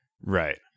right